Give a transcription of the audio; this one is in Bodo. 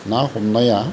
ना हमनाया